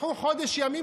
קחו חודש ימים,